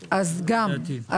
לדעתי.